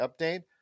update